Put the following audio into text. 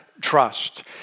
trust